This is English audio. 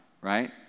right